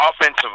offensive